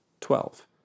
twelve